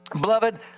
Beloved